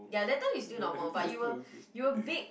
ya that time you still normal but you were you were big